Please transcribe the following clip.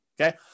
okay